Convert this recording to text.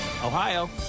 Ohio